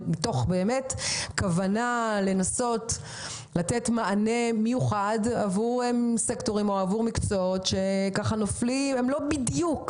מתוך כוונה לנסות לתת מענה מיוחד עבור מקצועות שנופלים בין הכיסאות